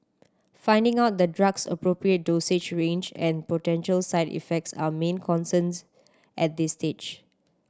finding out the drug's appropriate dosage range and potential side effects are main concerns at this stage